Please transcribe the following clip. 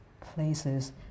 places